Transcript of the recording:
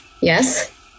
Yes